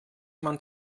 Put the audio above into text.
man